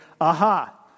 aha